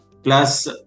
Plus